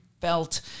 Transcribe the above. felt